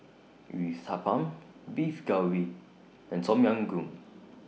Uthapam Beef Galbi and Tom Yam Goong